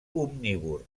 omnívor